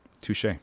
touche